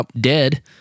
dead